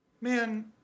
Man